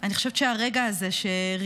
אני חושבת שהרגע הזה שרימון,